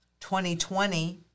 2020